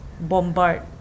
Bombard